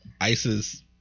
ISIS